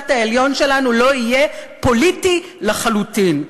העליון שלנו לא יהיה פוליטי לחלוטין.